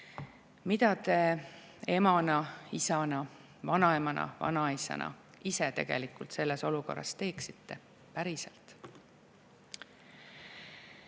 mida te emana, isana, vanaemana, vanaisana ise tegelikult selles olukorras teeksite,